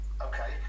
okay